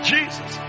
Jesus